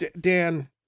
Dan